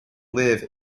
live